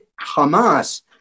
Hamas